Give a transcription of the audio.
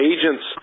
agents